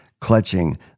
clutching